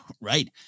Right